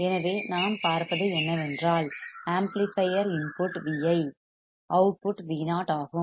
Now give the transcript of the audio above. எனவே நாம் பார்ப்பது என்னவென்றால் amplifier input Vi output Vo ஆகும்